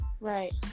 right